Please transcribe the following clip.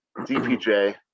DPJ